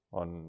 on